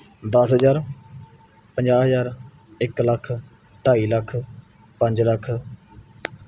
ਦਸ ਹਜ਼ਾਰ ਪੰਜਾਹ ਹਜ਼ਾਰ ਇੱਕ ਲੱਖ ਢਾਈ ਲੱਖ ਪੰਜ ਲੱਖ